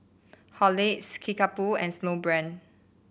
Horlicks Kickapoo and Snowbrand